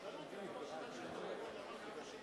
אינו נוכח ישראל אייכלר,